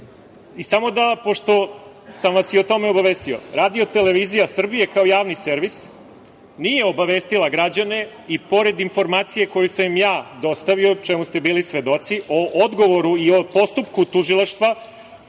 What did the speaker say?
i samo da, pošto sam vas i o tome obavestio, RTS kao Javni servis nije obavestila građane i pored informacije koju sam im ja dostavio, čemu ste bili svedoci, o odgovoru i o postupku tužilaštva